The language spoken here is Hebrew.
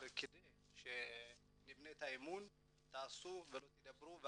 כדי שנבנה את האמון תעשו ולא תדברו,